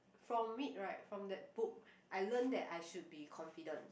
from it right from that book I learn that I should be confident